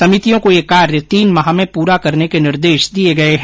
समितियों को ये कार्य तीन माह में पुरा करने के निर्देश दिये गये है